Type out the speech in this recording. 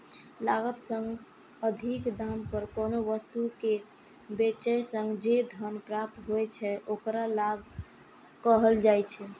लागत सं अधिक दाम पर कोनो वस्तु कें बेचय सं जे धन प्राप्त होइ छै, ओकरा लाभ कहल जाइ छै